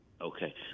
Okay